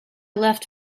left